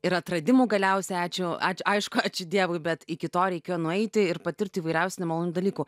ir atradimų galiausiai ačiū ačiū aišku ačiū dievui bet iki to reikėjo nueiti ir patirti įvairiausių nemalonių dalykų